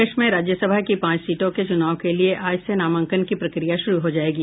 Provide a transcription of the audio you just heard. प्रदेश में राज्यसभा की पांच सीटों के चुनाव के लिए आज से नामांकन की प्रक्रिया शुरू हो जायेगी